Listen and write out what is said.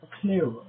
clearer